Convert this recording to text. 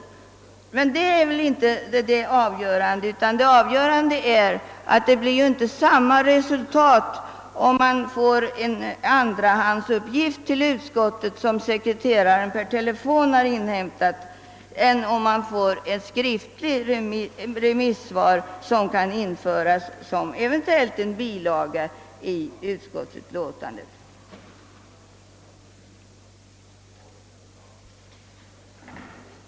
Detta är emellertid inte det avgörande skälet mot slopande av remissförfarandet utan det avgörande är ju att det inte blir samma resultat, om utskottets ledamöter får en andrahandsuppgift, som sekreteraren kanske per telefon har inhämtat än om det föreligger ett skriftligt remissvar som eventuelli kan införas som bilaga till utskottsutlåtandet.